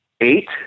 eight